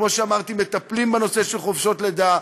כמו שאמרתי, הם מטפלים בנושא של חופשות לידה.